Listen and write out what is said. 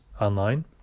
online